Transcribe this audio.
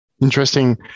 Interesting